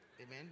Amen